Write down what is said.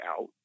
out